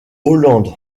hollande